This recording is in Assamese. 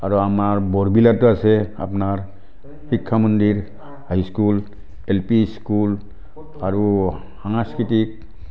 আৰু আমাৰ বৰবিলতো আছে আপোনাৰ শিক্ষামন্দিৰ high school L P school আৰু সাংস্কৃতিক